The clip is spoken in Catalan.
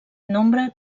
nombre